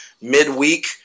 midweek